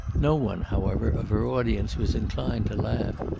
no one, however, of her audience was inclined to laugh.